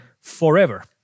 forever